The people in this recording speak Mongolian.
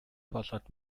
болоод